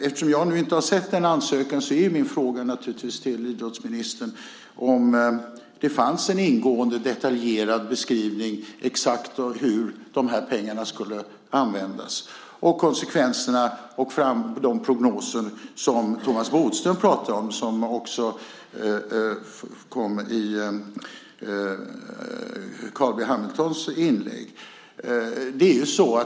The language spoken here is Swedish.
Eftersom jag inte har sett denna ansökan är naturligtvis min fråga till idrottsministern om det fanns en ingående detaljerad beskrivning av exakt hur de här pengarna skulle användas och av konsekvenserna och de prognoser som Thomas Bodström pratade om och som också kom upp i Carl B Hamiltons inlägg.